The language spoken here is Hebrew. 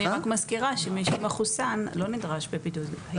אני רק מזכירה שמי שמחוסן לא נדרש בבידוד בבית.